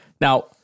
Now